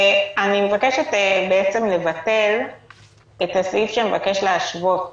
אני מבקשת לבטל את הסעיף שמבקש להשוות